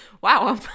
wow